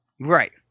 Right